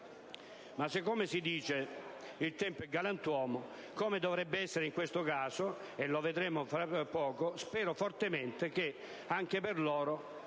Ma se, come si dice, il tempo è galantuomo, come dovrebbe essere in questo caso - lo vedremo fra poco - spero fortemente che anche per loro,